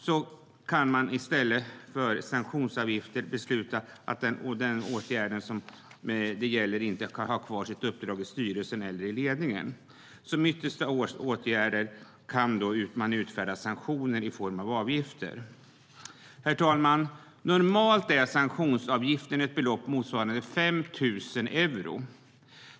Då kan man i stället för sanktionsavgifter besluta om att den personen inte ska ha kvar sitt uppdrag i styrelsen eller i ledningen. Som yttersta åtgärd kan man utfärda sanktioner i form av avgifter. Herr talman! Normalt är sanktionsavgiften ett belopp motsvarande 5 000 euro.